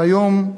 והיום,